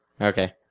Okay